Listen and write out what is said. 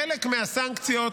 חלק מהסנקציות,